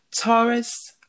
Taurus